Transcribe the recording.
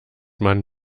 man